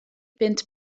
bunt